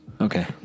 Okay